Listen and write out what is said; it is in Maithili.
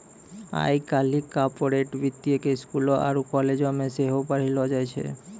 आइ काल्हि कार्पोरेट वित्तो के स्कूलो आरु कालेजो मे सेहो पढ़ैलो जाय छै